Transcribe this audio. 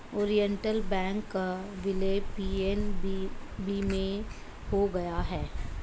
Oriental bank का विलय PNB में हो गया है